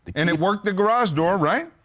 and it worked the garage door, right?